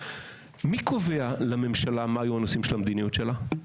מי קובע לממשלה מה יהיו הנושאים של המדיניות שלה?